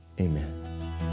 amen